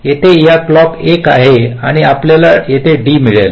येथे या क्लॉक 1 आहे आणि आपल्याला येथे D मिळेल